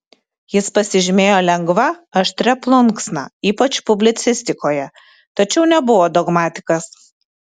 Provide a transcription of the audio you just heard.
jis pasižymėjo lengva aštria plunksna ypač publicistikoje tačiau nebuvo dogmatikas